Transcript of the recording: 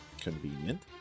Convenient